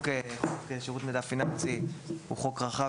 חוק שירות מידע פיננסי הוא חוק רחב